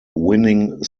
winning